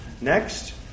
Next